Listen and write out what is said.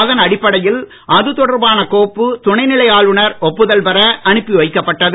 அதன் அடிப்படையில் அது தொடர்பான கோப்பு துணைநிலை ஆளுநர் ஒப்புதல் பெற அனுப்பி வைக்கப்பட்டது